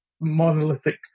monolithic